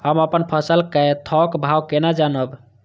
हम अपन फसल कै थौक भाव केना जानब?